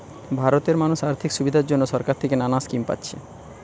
ভারতের মানুষ আর্থিক সুবিধার জন্যে সরকার থিকে নানা স্কিম পাচ্ছে